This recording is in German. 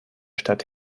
stadt